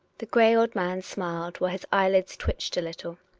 the grey old man smiled, while his eyelids twitched a little.